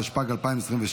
התשפ"ג 2022,